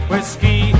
Whiskey